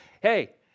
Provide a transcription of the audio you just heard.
hey